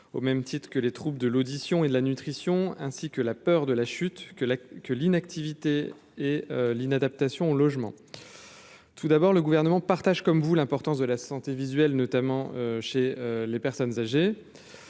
au même titre que les troupes de l'audition et de la nutrition, ainsi que la peur de la chute que la que l'inactivité et l'inadaptation logement tout d'abord le gouvernement partage comme vous l'importance de la santé visuelle, notamment chez les personnes âgées